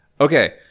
Okay